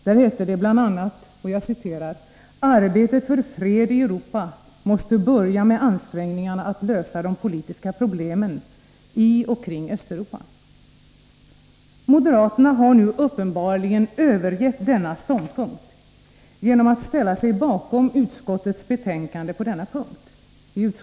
Där hette det bl.a. att ”arbetet för fred i Europa måste börja med ansträngningar att lösa de politiska problemen” i och kring Östeuropa. Moderaterna har nu uppenbarligen övergett denna ståndpunkt genom att ställa sig bakom utskottets betänkande på denna punkt.